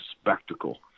spectacle